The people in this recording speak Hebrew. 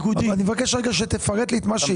אני מבקש שתפרט לי את מה שהסברת.